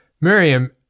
Miriam